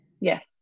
Yes